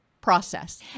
process